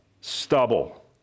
stubble